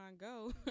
Go